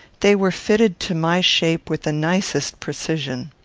they were fitted to my shape with the nicest precision.